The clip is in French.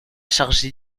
chargé